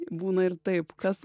būna ir taip kas